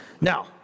Now